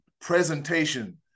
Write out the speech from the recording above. presentation